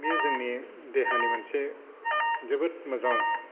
बेयो जोंनि देहानि मोनसे जोबोद मोजां